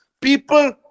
people